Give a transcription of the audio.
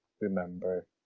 remember